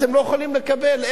אתם לא יכולים לקבל,